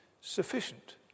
sufficient